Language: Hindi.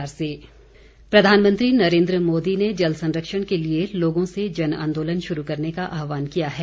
मन की बात प्रधानमंत्री नरेन्द्र मोदी ने जल संरक्षण के लिए लोगों से जन आंदोलन शुरू करने का आहवान किया है